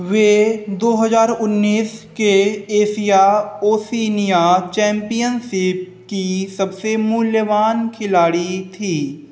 वे दो हज़ार उन्नीस के एशिया ओशिनिया चैंपियनशिप की सबसे मूल्यवान खिलाड़ी थीं